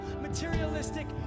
materialistic